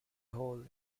hole